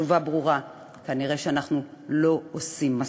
התשובה ברורה: כנראה שאנחנו לא עושים מספיק.